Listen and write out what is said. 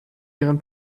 ihren